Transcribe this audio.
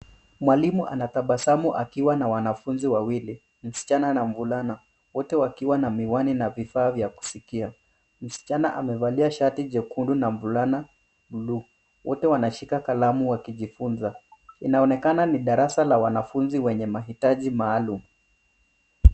Mwalimu anatabasamu akiwa na wanafunzi wawili, msichana na mvulana, wote wakiwa na miwani na vifaa vya kusikia. Msichana amevalia shati jekundu na fulana bluu. Wote wanashika kalamu wakijifunza. Inaonekana ni darasa la wanafunzi wenye mahitaji maalum.